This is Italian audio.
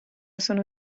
sono